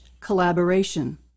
collaboration